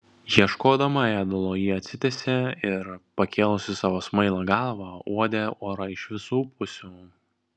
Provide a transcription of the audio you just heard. ieškodama ėdalo ji atsitiesė ir pakėlusi savo smailą galvą uodė orą iš visų pusių